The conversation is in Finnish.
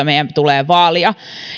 meidän tulee vaalia